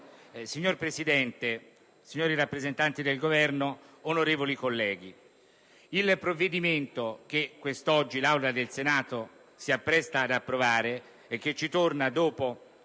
Signora Presidente, signori rappresentanti del Governo, onorevoli colleghi, il provvedimento che quest'oggi l'Aula del Senato si appresta ad approvare torna da noi dopo